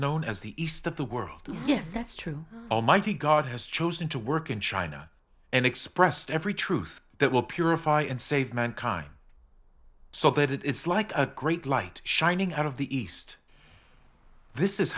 known as the east of the world yes that's true almighty god has chosen to work in china and expressed every truth that will purify and save mankind so that it is like a great light shining out of the east this is